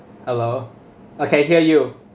hello okay I hear you